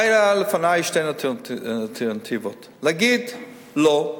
היו לפני שתי אלטרנטיבות, להגיד: לא,